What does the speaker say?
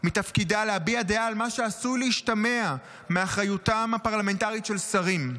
מתפקידה להביע דעה על מה שעשוי להשתמע מאחריותם הפרלמנטרית של שרים.